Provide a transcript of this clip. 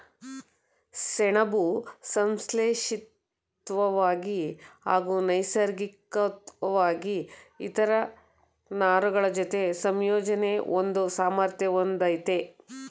ಸೆಣಬು ಸಂಶ್ಲೇಷಿತ್ವಾಗಿ ಹಾಗೂ ನೈಸರ್ಗಿಕ್ವಾಗಿ ಇತರ ನಾರುಗಳಜೊತೆ ಸಂಯೋಜನೆ ಹೊಂದೋ ಸಾಮರ್ಥ್ಯ ಹೊಂದಯ್ತೆ